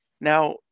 Now